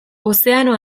ozeano